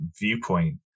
Viewpoint